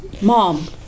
Mom